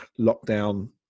lockdown